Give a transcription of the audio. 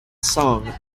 song